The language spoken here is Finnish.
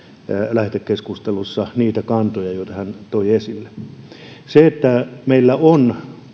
lähetekeskustelussa niitä kantoja joita hän toi esille meillä on